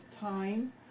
time